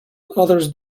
others